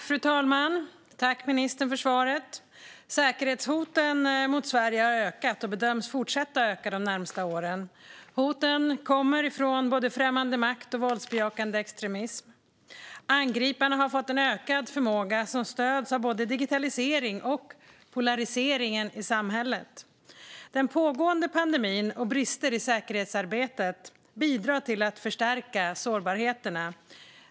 Fru talman! Tack, ministern, för svaret! Säkerhetshoten mot Sverige har ökat och bedöms fortsätta öka de närmaste åren. Hoten kommer från både främmande makt och våldsbejakande extremism. Angriparna har fått en ökad förmåga som stöds av både digitalisering och polariseringen i samhället. Den pågående pandemin och brister i säkerhetsarbetet bidrar till att förstärka sårbarheterna.